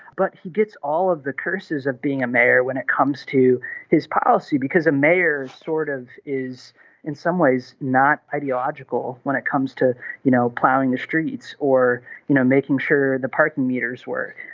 but he gets all of the curses of being a mayor when it comes to his policy because a mayor sort of is in some ways not ideological when it comes to you know plowing the streets or you know making sure the parking meters work.